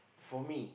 for me